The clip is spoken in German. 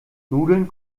nudeln